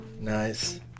Nice